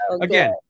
again